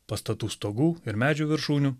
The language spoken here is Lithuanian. pastatų stogų ir medžių viršūnių